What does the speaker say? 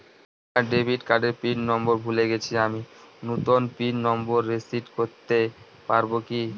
আমার ডেবিট কার্ডের pin number ভুলে গেছি আমি নূতন পিন নম্বর রিসেট করতে পারবো কি?